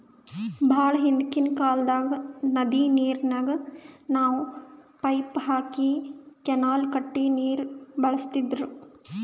ಭಾಳ್ ಹಿಂದ್ಕಿನ್ ಕಾಲ್ದಾಗ್ ನದಿ ನೀರಿಗ್ ನಾವ್ ಪೈಪ್ ಹಾಕಿ ಕೆನಾಲ್ ಕಟ್ಟಿ ನೀರ್ ಬಳಸ್ತಿದ್ರು